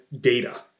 data